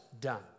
done